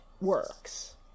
works